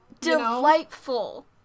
delightful